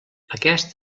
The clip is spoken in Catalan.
aquest